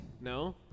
No